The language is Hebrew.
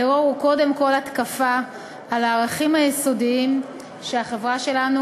הטרור הוא קודם כול התקפה על הערכים היסודיים שהחברה שלנו